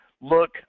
look